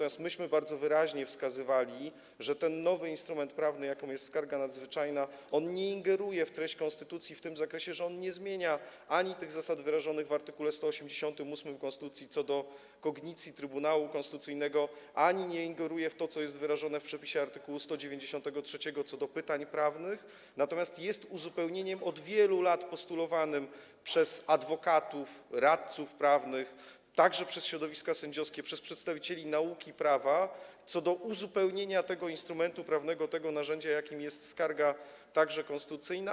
Myśmy bardzo wyraźnie wskazywali, że ten nowy instrument prawny, jakim jest skarga nadzwyczajna, nie ingeruje w treść konstytucji w tym zakresie, on ani nie zmienia zasad wyrażonych w art. 188 konstytucji co do kognicji Trybunału Konstytucyjnego ani nie ingeruje w to, co jest wyrażone w przepisie art. 193 odnośnie do pytań prawnych, natomiast jest uzupełnieniem, od wielu lat postulowanym przez adwokatów, radców prawnych, także przez środowiska sędziowskie, przez przedstawicieli nauki prawa, tego instrumentu prawnego, tego narzędzia, jakim jest skarga konstytucyjna.